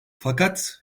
fakat